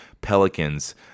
Pelicans